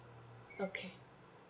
okay